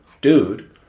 dude